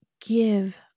give